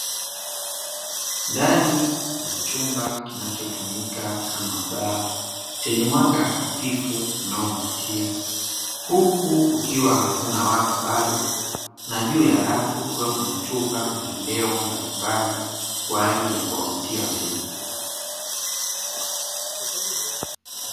Ndani ya chumba kinachotumika kama baa chenye mwanga hafifu unaovutia, huku kukiwa hakuna watu bado na juu ya rafu, kukiwa kuna chupa ya vileo mbalimbali kwa ajili ya kuwavutia wateja.